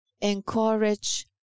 encourage